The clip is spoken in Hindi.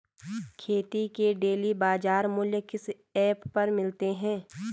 खेती के डेली बाज़ार मूल्य किस ऐप पर मिलते हैं?